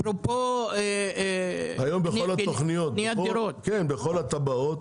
בכל התב"עות,